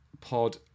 pod